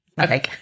Okay